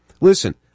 Listen